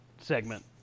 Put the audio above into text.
segment